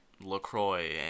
Lacroix